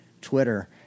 Twitter